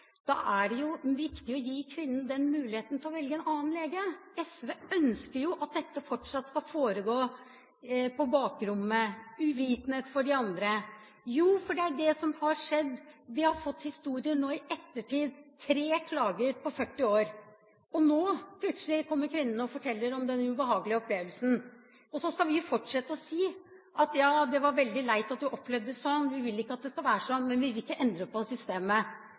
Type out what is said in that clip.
er det viktig å gi kvinnen muligheten til å velge en annen lege. SV ønsker at dette fortsatt skal foregå på bakrommet, med uvitenhet hos de andre. Det er det som har skjedd. Vi har nå i ettertid fått historier. Det har vært tre klager på 40 år, og nå kommer plutselig kvinnene og forteller om den ubehagelige opplevelsen. Så skal vi fortsette å si: Ja, det var veldig leit at du har opplevd det slik. Vi vil ikke at det skal være slik, men vi vil ikke endre på systemet.